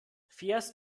fährst